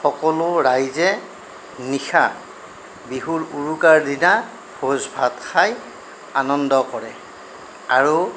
সকলো ৰাইজে নিশা বিহুৰ উৰুকাৰ দিনা ভোজ ভাত খায় আনন্দ কৰে আৰু